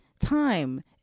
time